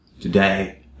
Today